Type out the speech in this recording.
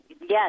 yes